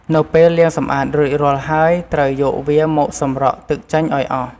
នៅពេលលាងសម្អាតរួចរាល់ហើយ ត្រូវយកវាមកសម្រក់ទឹកចេញឱ្យអស់។